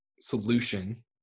solution